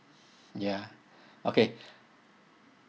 ya okay